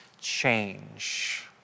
change